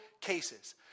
cases